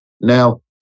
Now